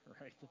right